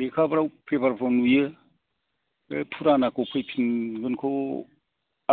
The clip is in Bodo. लेखाफ्राव पेपारफ्राव नुयो बे फुरानाखौ फैफिनगोनखौ